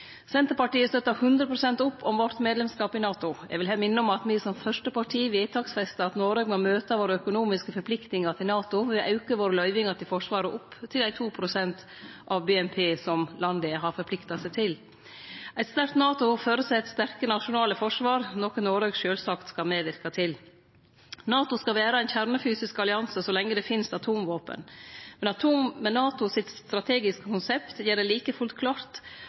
Senterpartiet støttar hundre prosent opp om medlemskapen vår i NATO. Eg vil her minne om at me som fyrste parti vedtaksfesta at Noreg må møte dei økonomiske forpliktingane våre til NATO ved å auke løyvingane våre til Forsvaret opp til 2 pst. av BNP, som landet har forplikta seg til. Eit sterkt NATO føreset sterke nasjonale forsvar, noko Noreg sjølvsagt skal medverke til. NATO skal vere ein kjernefysisk allianse så lenge det finst atomvåpen. Men NATOs strategiske konsept gjer det like fullt